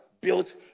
built